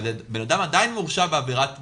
אדם עדיין מורשע בעבירת מין.